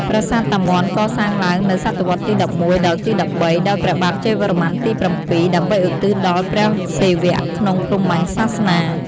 ប្រាសាទតាមាន់កសាងឡើងនៅ សតវត្សទី១១ ដល់ទី១៣ ដោយព្រះបាទជ័យវរ្ម័នទី ៧ ដើម្បីឧទ្ទិសដល់ព្រះសិវៈក្នុងព្រាហ្មញ្ញសាសនា។